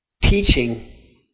teaching